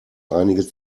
einige